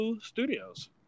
Studios